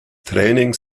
training